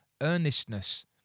earnestness